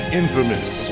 infamous